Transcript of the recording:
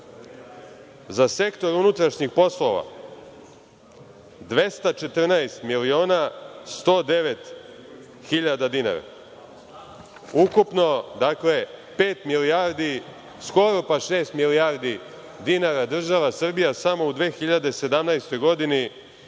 Za sektor unutrašnjih poslova 214.109.000,00 dinara. Ukupno, dakle, pet milijardi, skoro pa šest milijardi dinara država Srbija, samo u 2017. godini,